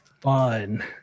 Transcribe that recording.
fun